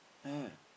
right